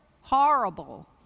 Horrible